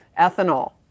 ethanol